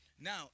Now